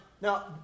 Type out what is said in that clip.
now